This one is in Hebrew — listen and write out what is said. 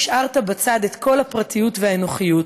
השארת בצד את כל הפרטיות והאנוכיות,